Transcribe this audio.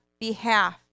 behalf